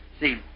See